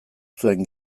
zuen